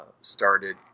started